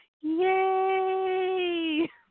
Yay